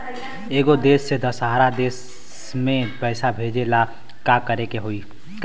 एगो देश से दशहरा देश मे पैसा भेजे ला का करेके होई?